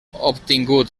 obtingut